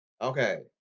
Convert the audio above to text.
Okay